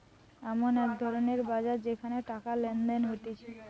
এমন এক ধরণের বাজার যেখানে টাকা লেনদেন হতিছে